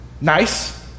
nice